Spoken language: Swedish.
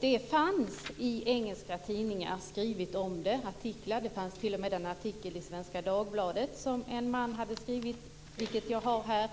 Det fanns artiklar om det i engelska tidningar. Det fanns t.o.m. en artikel i Svenska Dagbladet som en man hade skrivit, och jag har den här.